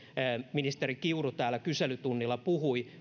ministeri kiuru täällä kyselytunnilla puhui